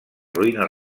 ruïnes